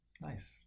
Nice